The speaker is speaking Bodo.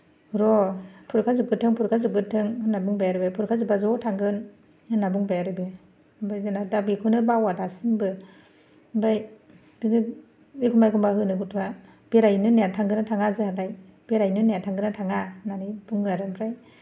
र' फरिखा जोबग्रोथों फरिखा जोबग्रोथों होननानै बुंबाय आरो बे फरिखा जोब्बा ज' थांगोन होनना बुंबाय आरो बे ओमफाय दाना बा बेखौनो बावा दासिमबो ओमफ्राय बिदि एखम्बा एखम्बा होनो गथ'वा बेरायहैनो होननाया थांगोन ना थाङा जोंहालाय बेरायनो होननाया थांगोन ना थाङा होननानै बुङो आरो ओमफ्राय